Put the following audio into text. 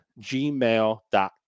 gmail.com